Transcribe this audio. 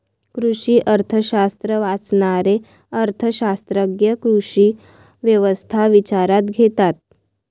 कृषी अर्थशास्त्र वाचणारे अर्थ शास्त्रज्ञ कृषी व्यवस्था विचारात घेतात